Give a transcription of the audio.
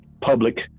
public